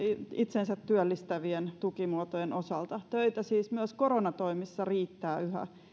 itsensä työllistävien tukimuotojen osalta töitä siis myös koronatoimissa riittää yhä